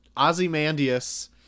ozymandias